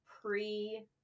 pre